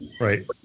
Right